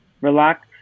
relax